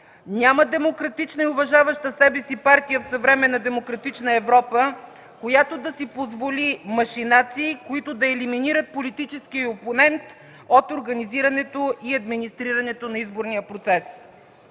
Няма демократична и уважаваща себе си партия в съвременна демократична Европа, която да си позволи машинации, които да елиминират политическия й опонент от организирането и администрирането на изборния процес.